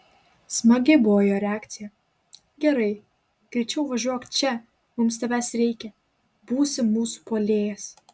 smagi buvo jo reakcija gerai greičiau važiuok čia mums tavęs reikia būsi mūsų puolėjas